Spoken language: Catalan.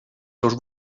seus